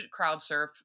CrowdSurf